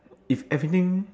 if everything